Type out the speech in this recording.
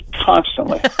Constantly